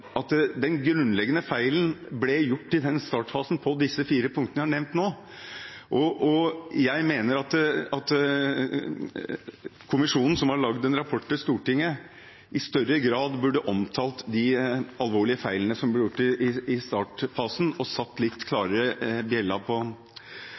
den grunnleggende feilen ble gjort i startfasen – på disse fire punktene jeg har nevnt nå. Jeg mener at kommisjonen, som har laget en rapport til Stortinget, i større grad burde omtalt de alvorlige feilene som ble gjort i startfasen, og satt – litt